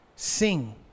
Sing